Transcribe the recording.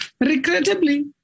Regrettably